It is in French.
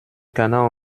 canard